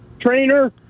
trainer